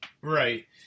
Right